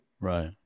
Right